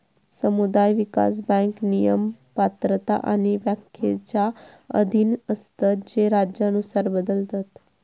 समुदाय विकास बँक नियम, पात्रता आणि व्याख्येच्या अधीन असतत जे राज्यानुसार बदलतत